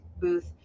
booth